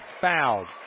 fouled